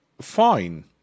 fine